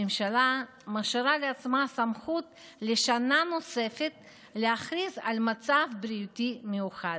הממשלה משאירה לעצמה סמכות לשנה נוספת להכריז על מצב בריאותי מיוחד,